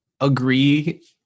agree